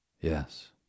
Yes